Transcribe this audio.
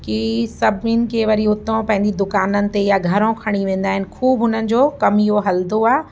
कि सभिनीनि खे वरी हुतां पंहिंजी दुकाननि ते या घरो खणी वेंदा आहिनि ख़ूब हुननि जो कम इहो हलंदो आहे